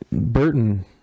burton